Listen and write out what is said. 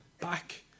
back